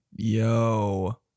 Yo